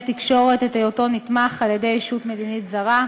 תקשורת את היותו נתמך על-ידי ישות מדינית זרה,